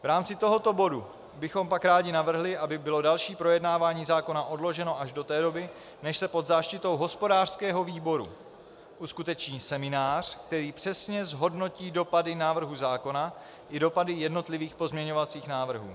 V rámci tohoto bodu bychom pak rádi navrhli, aby bylo další projednávání zákona odloženo až do té doby, než se pod záštitou hospodářského výboru uskuteční seminář, který přesně zhodnotí dopady návrhu zákony i dopady jednotlivých pozměňovacích návrhů.